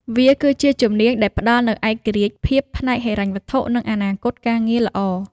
វាគឺជាជំនាញដែលផ្តល់នូវឯករាជ្យភាពផ្នែកហិរញ្ញវត្ថុនិងអនាគតការងារល្អ។